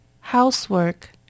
Housework